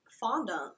fondant